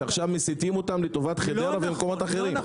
ועכשיו מסיטים אותם לטובת חדרה ומקומות אחרים.